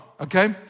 okay